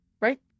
right